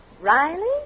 Riley